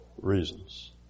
reasons